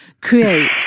create